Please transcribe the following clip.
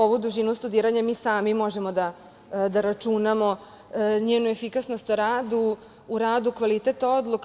Ovu dužinu studiranja mi sami možemo da računamo, njenu efikasnost u radu, kvalitet odluka.